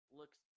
looks